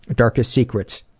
darkest secrets?